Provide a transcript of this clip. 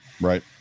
Right